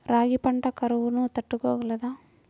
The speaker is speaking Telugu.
రాగి పంట కరువును తట్టుకోగలదా?